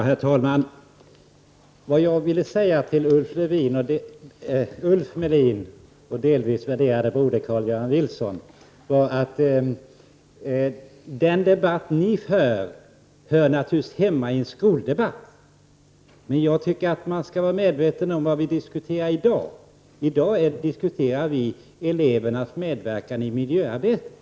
Herr talman! Vad jag ville säga till Ulf Melin och delvis till värderade broder Carl-Johan Wilson var att den debatt de för naturligtvis hör hemma i en skoldebatt. Men jag tycker att man skall vara medveten om vad vi diskuterar i dag, nämligen elevernas medverkan i miljöarbetet.